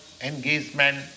engagement